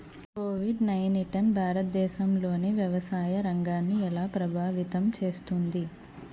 Covid nineteen భారతదేశంలోని వ్యవసాయ రంగాన్ని ఎలా ప్రభావితం చేస్తుంది?